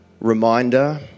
reminder